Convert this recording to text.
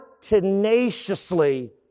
tenaciously